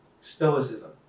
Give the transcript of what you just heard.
stoicism